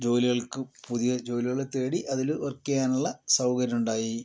ജോലികൾക്ക് പുതിയ ജോലികളെ തേടി അതിൽ വർക്ക് ചെയ്യാനുള്ള സൗകര്യമുണ്ടായി